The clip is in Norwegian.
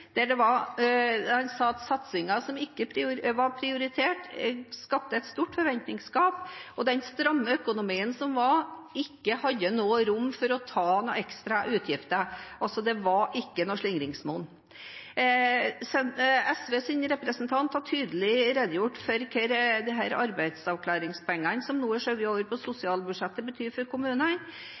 han sa at satsingen som ikke ble prioritert, skapte et stort forventningsgap, og at den stramme økonomien ikke hadde noe rom for ekstra utgifter. Det var altså ikke noe slingringsmonn. SVs representant har tydelig redegjort for hva arbeidsavklaringspengene som nå er skjøvet over på sosialbudsjettet, betyr for kommunene.